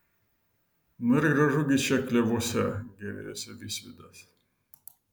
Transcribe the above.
na ir gražu gi čia klevuose gėrėjosi visvydas